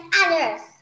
others